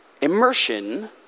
immersion